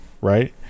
right